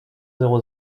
zéro